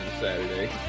saturday